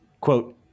quote